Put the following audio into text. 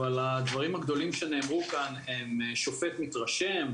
אבל הדברים הגדולים שנאמרו כאן הם שופט מתרשם,